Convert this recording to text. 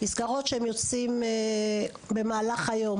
מסגרות שהם יוצאים אליהן במהלך היום,